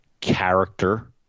Character